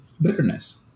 bitterness